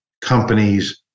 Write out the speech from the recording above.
companies